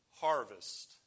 harvest